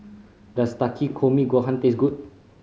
does Takikomi Gohan taste good